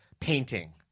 painting